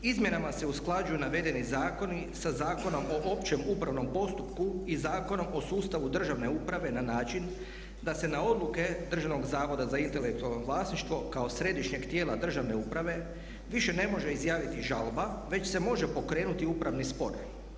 Izmjenama se usklađuju navedeni zakoni sa Zakonom o općem upravnom postupku i Zakonom o sustavu državne uprave na način da se na odluke Državnog zavoda za intelektualno vlasništvo kao središnjeg tijela državne uprave više ne može izjaviti žalba već se može pokrenuti upravni spor.